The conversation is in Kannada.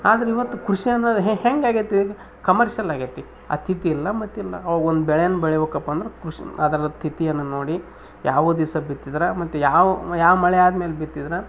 ಆದರೆ ಇವತ್ತು ಕೃಷಿ ಅನ್ನೋದು ಹೆಂಗೆ ಆಗೈತೆ ಕಮರ್ಷಿಯಲ್ ಆಗ್ಯೆತಿ ಅತ್ತಿದಿಲ್ಲ ಮತ್ತಿಲ್ಲ ಅವು ಒಂದು ಬೆಳೆನ ಬೆಳಿಬೇಕಪ್ಪಾ ಅಂದ್ರೆ ಕೃಷಿನ್ ಅದ್ರ ತಿಥಿಯನ್ನ ನೋಡಿ ಯಾವ ದಿವಸ ಬಿತ್ತಿದ್ರೆ ಮತ್ತು ಯಾವ ಯಾವ ಮಳೆ ಆದ್ಮೇಲೆ ಬಿತ್ತಿದ್ರೆ